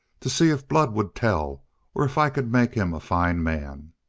to see if blood would tell or if i could make him a fine man.